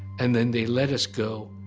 and then they let us go,